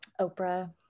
Oprah